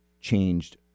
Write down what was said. changed